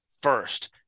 first